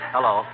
Hello